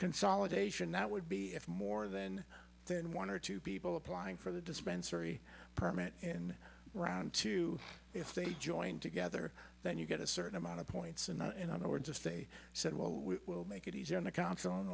consolidation that would be if more than than one or two people applying for the dispensary permit in round two if they join together then you get a certain amount of points and in other words if they said well we will make it easy on the cou